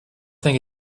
think